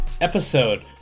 episode